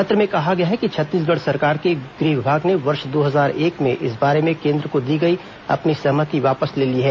पत्र में कहा गया है कि छत्तीसगढ़ सरकार के गृह विभाग ने वर्ष दो हजार एक में इस बारे में केन्द्र को दी गई अपनी सहमति वापस ले ली है